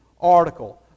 article